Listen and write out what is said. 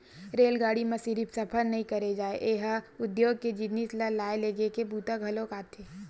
रेलगाड़ी म सिरिफ सफर नइ करे जाए ए ह उद्योग के जिनिस ल लाए लेगे के बूता घलोक आथे